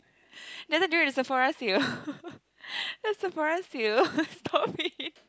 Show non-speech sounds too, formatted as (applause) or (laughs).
(breath) that time during the Sephora sale (laughs) the Sephora sale (laughs) stop it